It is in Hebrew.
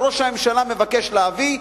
שראש הממשלה מבקש להביא,